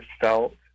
felt